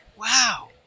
Wow